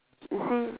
you see